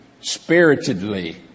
spiritedly